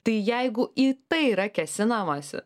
tai jeigu į tai yra kėsinamasi